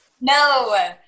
No